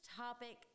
topic